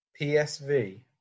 PSV